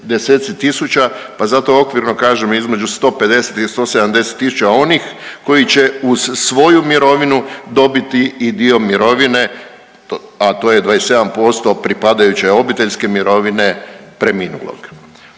pa zato okvirno kažem između 150 i 170 000 onih koji će uz svoju mirovinu dobiti i dio mirovine a to je 27% pripadajuće obiteljske mirovine preminulog.